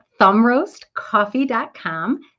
ThumbRoastCoffee.com